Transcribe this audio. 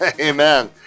amen